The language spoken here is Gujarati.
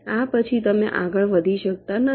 આ પછી તમે આગળ વધી શકતા નથી